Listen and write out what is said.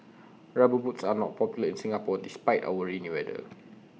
rubber boots are not popular in Singapore despite our rainy weather